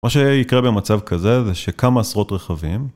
מה שיקרה במצב כזה זה שכמה עשרות רכבים